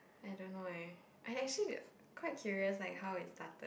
I don't know leh I actually quite curious like how it started